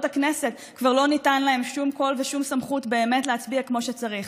הכנסת כבר לא ניתנים שום קול ושום סמכות באמת להצביע כמו שצריך.